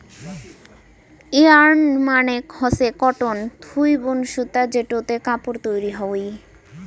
yarn মানে হসে cotton থুই বুন সুতো যেটোতে কাপড় তৈরী হই